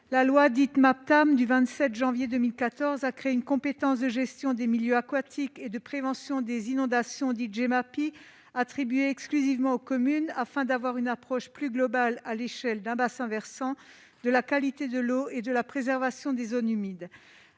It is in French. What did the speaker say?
des métropoles (Maptam) a créé une compétence de gestion des milieux aquatiques et de prévention des inondations, la Gemapi, attribuée exclusivement aux communes. Le but est d'assurer une approche plus globale, à l'échelle d'un bassin versant, de la qualité de l'eau et de la préservation des zones humides.